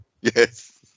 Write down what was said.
Yes